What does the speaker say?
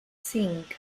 cinc